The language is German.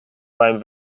beim